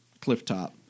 clifftop